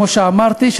כמו שאמרתי,